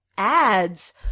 ads